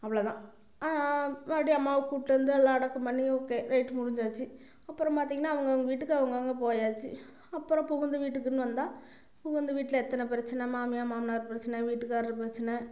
அவ்வளதான் மறுபடி அம்மாவை கூப்பிட்டு வந்து எல்லா அடக்கம் பண்ணி ஓகே ரைட் முடிஞ்சாச்சு அப்புறம் பார்த்தீங்கன்னா அவங்க அவங்க வீட்டுக்கு அவங்க அவங்க போயாச்சு அப்புறம் புகுந்த வீட்டுக்குன்னு வந்தால் புகுந்த வீட்டில் எத்தனை பிரச்சனை மாமியார் மாமனார் பிரச்சனை வீட்டுக்காரர் பிரச்சனை